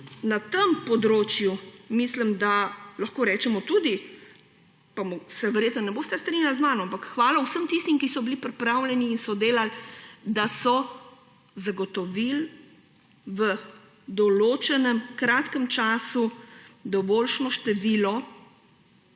Na tem področju lahko rečemo tudi – pa se verjetno ne boste strinjali z mano – hvala vsem tistim, ki so bili pripravljeni in so delali, da so zagotovili v določenem, kratkem času dovoljšnje število